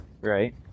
Right